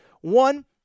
One